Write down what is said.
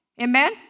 Amen